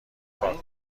پاک